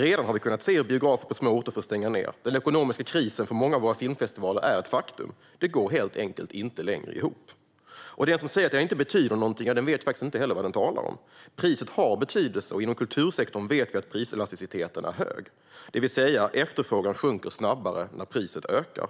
Vi har redan kunnat se hur biografer på små orter får stänga. Den ekonomiska krisen för många av våra filmfestivaler är ett faktum. Det går helt enkelt inte längre ihop. Den som säger att detta inte betyder någonting vet faktiskt inte vad den talar om. Priset har betydelse. Inom kultursektorn vet vi att priselasticiteten är hög, det vill säga efterfrågan sjunker snabbare när priset ökar.